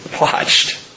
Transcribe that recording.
watched